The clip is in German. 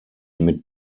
mit